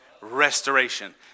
restoration